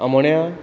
आमोण्या